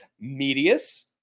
medius